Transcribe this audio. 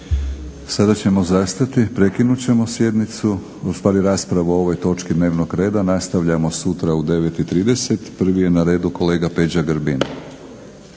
Sada ćemo zastati, prekinut ćemo sjednicu, u stvari raspravu o ovoj točki dnevnog reda. Nastavljamo sutra u 9,30. Prvi je na redu Peđa Grbin.